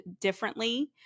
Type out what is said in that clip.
differently